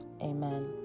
Amen